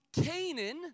Canaan